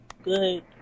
Good